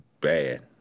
bad